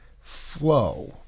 flow